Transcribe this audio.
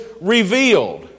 revealed